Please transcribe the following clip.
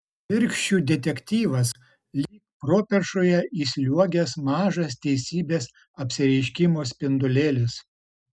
virkščių detektyvas lyg properšoje įsliuogęs mažas teisybės apsireiškimo spindulėlis